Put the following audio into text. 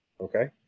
Okay